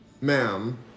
Ma'am